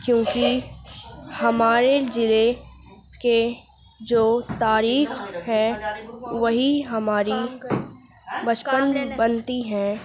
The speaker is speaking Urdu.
کیونکہ ہمارے ضلعے کے جو تاریخ ہے وہی ہماری بچپن بنتی ہیں